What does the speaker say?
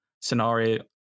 scenario